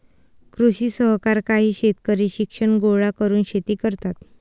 कृषी सहकार काही शेतकरी शिक्षण गोळा करून शेती करतात